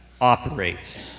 operates